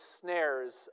snares